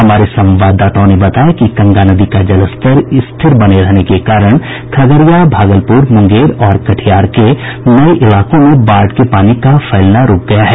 हमारे संवाददाताओं ने बताया कि गंगा नदी का जलस्तर स्थिर बने रहने के कारण खगड़िया भागलपुर मुंगेर और कटिहार के नये इलाकों में बाढ़ के पानी का फैलना रूक गया है